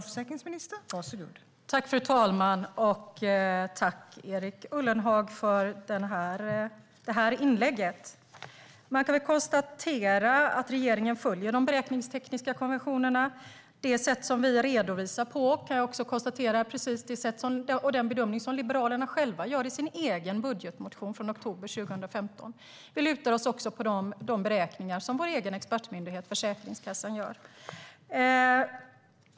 Fru talman! Tack, Erik Ullenhag, för det inlägget! Man kan väl konstatera att regeringen följer de beräkningstekniska konventionerna. Jag kan också konstatera att vi redovisar på precis det sätt och gör precis den bedömning som Liberalerna gör i sin egen budgetmotion från oktober 2015. Vi lutar oss också mot de beräkningar som vår egen expertmyndighet Försäkringskassan gör.